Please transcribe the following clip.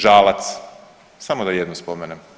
Žalac, samo da jednu spomenem.